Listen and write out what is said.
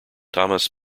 thomas